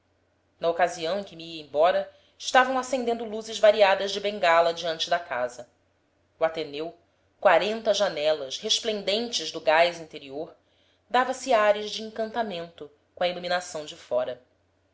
na ocasião em que me ia embora estavam acendendo luzes variadas de bengala diante da casa o ateneu quarenta janelas resplendentes do gás interior dava-se ares de encantamento com a iluminação de fora